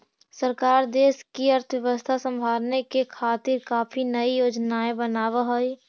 सरकार देश की अर्थव्यवस्था संभालने के खातिर काफी नयी योजनाएं बनाव हई